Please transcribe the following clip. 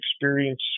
experience